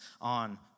on